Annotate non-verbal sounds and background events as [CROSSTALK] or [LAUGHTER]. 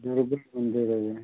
जल्दी [UNINTELLIGIBLE] रहिए